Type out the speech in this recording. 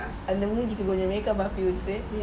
and the most you be a makeup artist